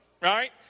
right